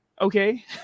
okay